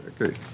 Okay